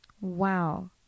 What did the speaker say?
Wow